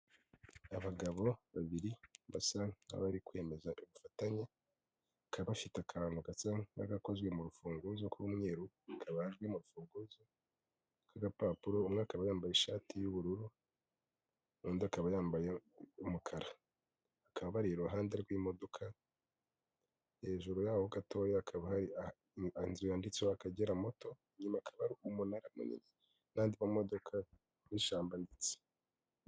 Abagabo babiri basa nk'abari kwemeza ubufatanye, bakaba bafite akantu gasa nk'agakozwe mu rufunguzo rw'umweru kabajwe mu rufunguzo k'agapapuro, umwe akaba yambaye ishati y'ubururu, undi akaba yambaye umukara. Bakaba bari iruhande rw'imodoka, hejuru yaho gatoya hakaba hari inzu yanditseho Akagera moto, inyuma hakaba hari umunara munini n'andi mamodoka n'ishyamba.